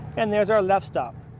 and there's our left stop.